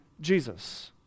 Jesus